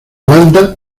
banda